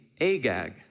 Agag